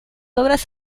obras